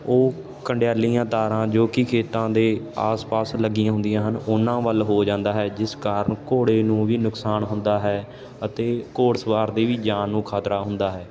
ਉਹ ਕੰਡਿਆਲੀਆਂ ਤਾਰਾਂ ਜੋ ਕਿ ਖੇਤਾਂ ਦੇ ਆਸ ਪਾਸ ਲੱਗੀਆਂ ਹੁੰਦੀਆਂ ਹਨ ਉਨ੍ਹਾਂ ਵੱਲ ਹੋ ਜਾਂਦਾ ਹੈ ਜਿਸ ਕਾਰਨ ਘੋੜੇ ਨੂੰ ਵੀ ਨੁਕਸਾਨ ਹੁੰਦਾ ਹੈ ਅਤੇ ਘੋੜਸਵਾਰ ਦੀ ਵੀ ਜਾਨ ਨੂੰ ਖਤਰਾ ਹੁੰਦਾ ਹੈ